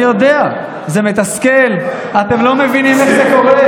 אני יודע, זה מתסכל, אתם לא מבינים איך זה קורה.